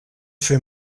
fer